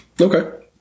Okay